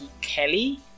Kelly